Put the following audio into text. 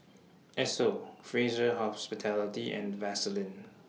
Esso Fraser Hospitality and Vaseline